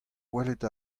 welet